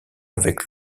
avec